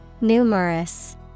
Numerous